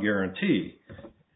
guarantee